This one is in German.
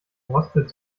rostet